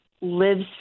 lives